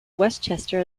westchester